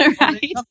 right